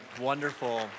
Wonderful